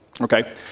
Okay